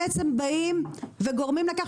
אנחנו חיים במאה ה-21 עם תשתיות של המאה ה-19.